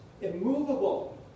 immovable